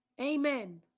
Amen